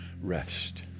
rest